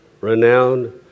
renowned